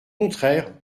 contraire